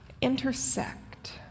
intersect